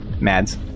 Mads